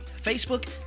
Facebook